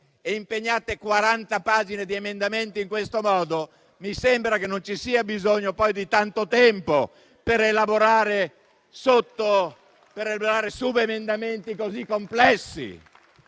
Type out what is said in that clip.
e impegnate 40 pagine di emendamenti in questo modo, mi sembra che non ci sia bisogno poi di tanto tempo per elaborare subemendamenti così complessi.